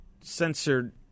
censored